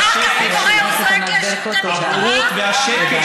הבורות והשקר